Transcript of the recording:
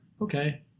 okay